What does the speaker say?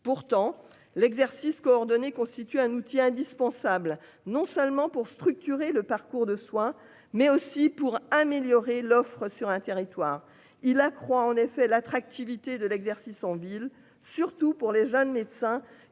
pourtant l'exercice coordonné constitue un outil indispensable non seulement pour structurer le parcours de soins mais aussi pour améliorer l'offre sur un territoire il accroît en effet l'attractivité de l'exercice en ville, surtout pour les jeunes médecins